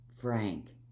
frank